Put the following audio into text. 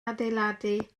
adeiladu